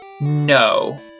No